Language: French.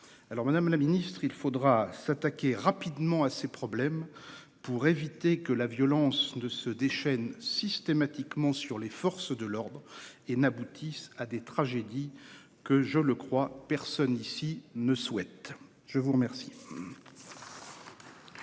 de la liberté. Il faudra s'attaquer rapidement à ces problèmes pour éviter que la violence ne se déchaîne systématiquement sur les forces de l'ordre et n'aboutisse à des tragédies que- je le crois -personne ici ne souhaite. La parole